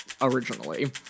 originally